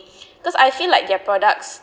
cause I feel like their products